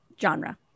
genre